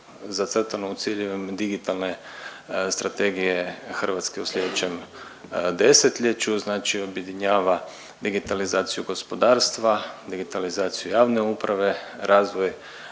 zacrtano u ciljevima digitalne strategije Hrvatske u slijedećem desetljeću, znači objedinjava digitalizaciju gospodarstva, digitalizaciju javne uprave, razvoj